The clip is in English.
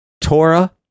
Torah